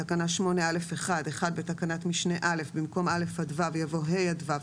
בתקנה 8/א'/1: בתקנת משנה א' במקום א'-ו' יבוא "..ה'-ו'..